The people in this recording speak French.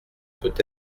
peut